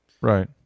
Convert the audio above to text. Right